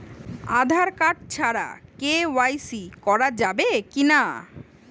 Aadhaar card ছাড়া KYC করা যাবে কি না?